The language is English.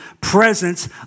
presence